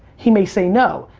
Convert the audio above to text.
he may say no.